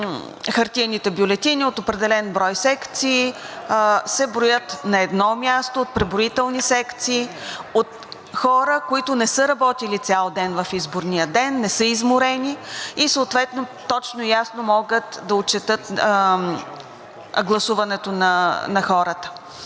Хартиените бюлетини от определен брой секции се броят на едно място от преброителни секции, от хора, които не са работили цял ден в изборния ден, не са изморени и съответно точно и ясно могат да отчетат гласуването на хората.